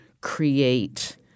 create